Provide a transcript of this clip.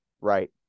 Right